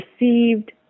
received